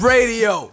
Radio